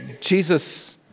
Jesus